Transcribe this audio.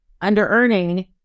under-earning